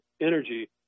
energy